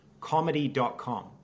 comedy.com